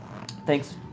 Thanks